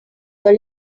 your